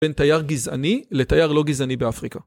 בין תייר גזעני לתייר לא גזעני באפריקה.